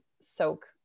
soak